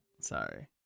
Sorry